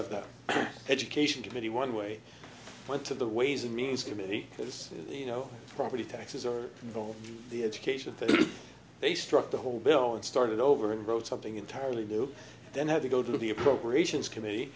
of the education committee one way went to the ways and means committee because you know property taxes are involved in the education they struck the whole bill and started over and wrote something entirely new then had to go to the appropriations committee